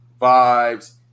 vibes